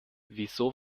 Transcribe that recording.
wieso